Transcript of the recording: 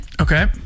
Okay